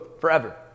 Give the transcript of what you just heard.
forever